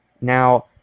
Now